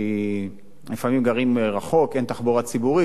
כי לפעמים הם גרים רחוק, ואין תחבורה ציבורית.